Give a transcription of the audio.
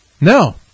No